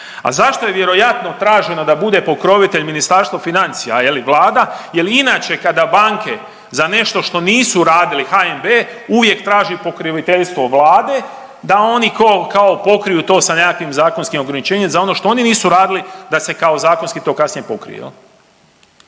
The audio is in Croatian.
A zašto je vjerojatno traženo da bude pokrovitelj Ministarstvo financija je li vlada jel i inače kada banke za nešto što nisu radile HNB uvijek traži pokroviteljstvo vlade da oni kao pokriju to sa nekakvim zakonskim ograničenjem za ono što oni nisu radili da se kao zakonski to kasnije pokrije.